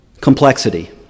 complexity